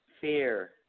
fear